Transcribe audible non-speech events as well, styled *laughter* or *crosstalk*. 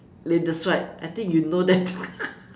that's right I think you know that *laughs*